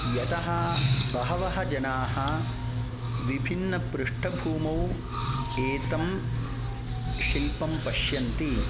यतः बहवः जनाः विभिन्नपृष्टभूमौ एतं शिल्पं पश्यन्ति